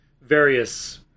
various